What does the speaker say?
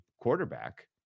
quarterback